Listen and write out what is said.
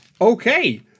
Okay